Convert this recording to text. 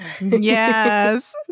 Yes